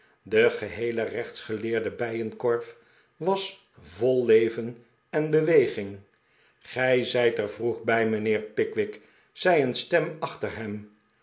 de geheele rechtsgeleerde bijenkorf was vol leven en beweging gij zijt er vroeg bij mijnheer pickwick zei een stem achter hem